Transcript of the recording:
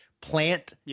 plant